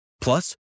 Plus